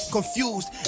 Confused